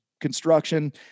Construction